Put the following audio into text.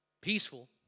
peaceful